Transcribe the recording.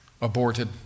Aborted